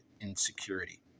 insecurity